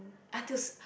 until